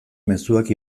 mezuak